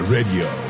Radio